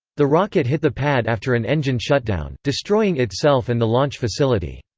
the rocket hit the pad after an engine shutdown, destroying itself and the launch facility.